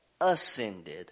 ascended